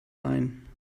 ein